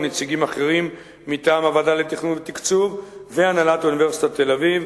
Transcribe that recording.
עם נציגים אחרים מטעם הוועדה לתכנון ותקצוב והנהלת אוניברסיטת תל-אביב,